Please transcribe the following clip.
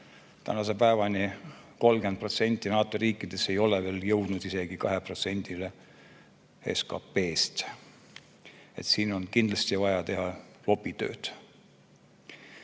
tänase päevani 30% NATO riikides ei ole veel jõutud isegi 2%-ni SKP-st. Siin on kindlasti vaja teha lobitööd.